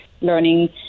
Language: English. learning